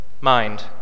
mind